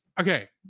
okay